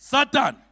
Satan